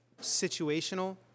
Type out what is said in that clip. situational